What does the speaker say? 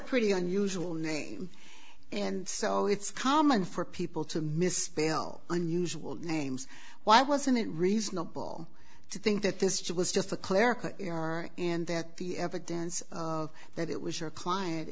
pretty unusual name and so it's common for people to misspell unusual names why wasn't it reasonable to think that this was just a clerical error and that the evidence that it was your client